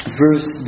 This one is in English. verse